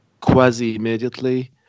quasi-immediately